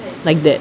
like that